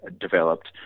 developed